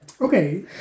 Okay